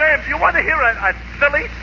if you want to hear right.